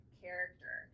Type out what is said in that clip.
character